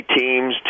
teams